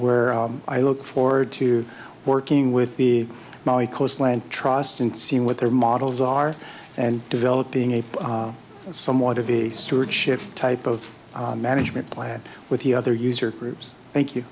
where i look forward to working with the coastland trust and seeing what their models are and developing a somewhat of a stewardship type of management plan with the other user groups thank you